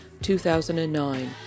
2009